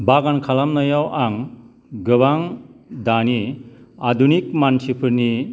बागान खालामनायाव आं गोबां दानि आदुनिक मानसिफोरनि